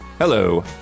Hello